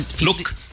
Look